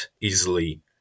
easily